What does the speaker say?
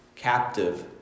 Captive